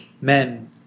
men